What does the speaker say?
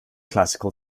classical